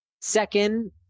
second